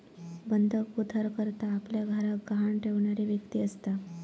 बंधक उधारकर्ता आपल्या घराक गहाण ठेवणारी व्यक्ती असता